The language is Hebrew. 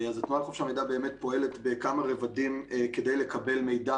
התנועה לחופש המידע פועלת בכמה רבדים כדי לקבל מידע